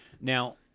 Now